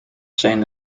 zijn